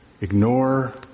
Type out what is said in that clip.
ignore